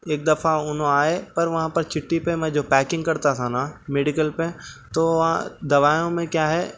ایک دفعہ انھوں آئے پر وہاں پر چٹی پہ میں جو پیکنگ کرتا تھا نا میڈیکل پہ تو وہاں دوائیوں میں کیا ہے